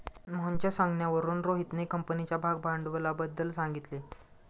मोहनच्या सांगण्यावरून रोहितने कंपनीच्या भागभांडवलाबद्दल सांगितले